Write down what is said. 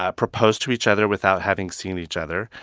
ah propose to each other without having seen each other.